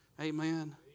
Amen